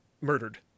murdered